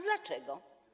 Dlaczego?